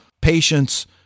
Patience